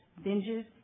binges